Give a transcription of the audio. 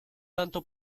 tanto